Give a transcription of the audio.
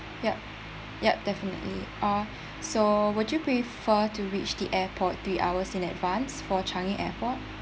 ya ya definitely uh so would you prefer to reach the airport three hours in advance for Changi airport